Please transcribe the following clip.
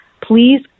please